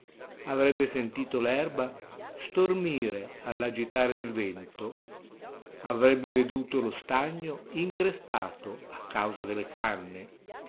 desolante avrebbe sentito l'erba stormire all'agitar del vento avrebbe veduto lo stagno increspato a causa delle canne il